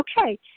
okay